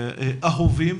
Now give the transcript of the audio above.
אהובים